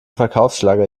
verkaufsschlager